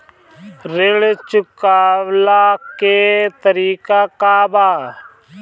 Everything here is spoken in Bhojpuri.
ऋण चुकव्ला के तरीका का बा?